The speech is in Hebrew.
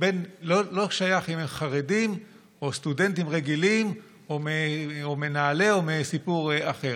לא שייך אם הם חרדים או סטודנטים רגילים או מנעל"ה או מסיפור אחר.